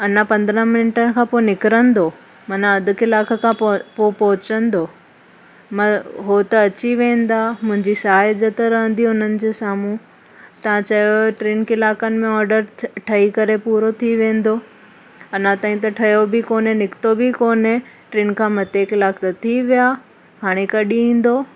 अञा पंदरहां मिनट खां पोइ निकिरंदो माना अधि कलाकु खां पोइ पहुचंदो मां हो त अची वेंदा मुंहिंजी छा इज़त रहंदी हुननि जे साम्हूं तव्हां चयुव टिनि कलाकनि में ऑडर ठ ठही करे पूरो थी वेंदो अञा ताईं त ठहियो बि कोन्हे निकितो बि कोन्हे टिनि खां मथे कलाक थी विया हाणे कॾहिं ईंदो